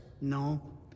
No